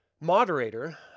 moderator